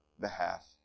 behalf